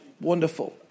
wonderful